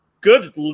good